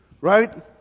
right